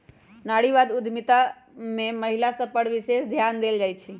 नारीवाद उद्यमिता में महिला सभ पर विशेष ध्यान देल जाइ छइ